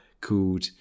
called